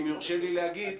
אם יורשה לי להגיד,